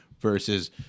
Versus